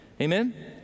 Amen